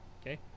okay